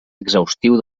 exhaustiu